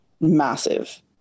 massive